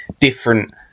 different